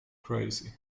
crazy